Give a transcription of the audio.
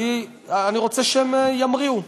כי אני רוצה שהם ימריאו.